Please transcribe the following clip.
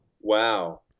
wow